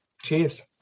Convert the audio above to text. Cheers